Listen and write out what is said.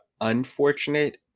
unfortunate